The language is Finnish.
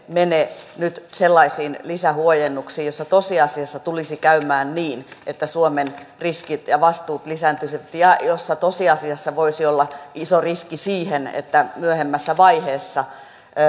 mene nyt sellaisiin lisähuojennuksiin joissa tosiasiassa tulisi käymään niin että suomen riskit ja vastuut lisääntyisivät ja joissa tosiasiassa voisi olla iso riski siihen että myöhemmässä vaiheessa